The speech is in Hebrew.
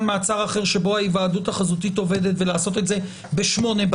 מעצר אחר שבו ההיוועדות החזותית עובדת ולעשות את זה ב-20:0,